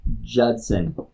Judson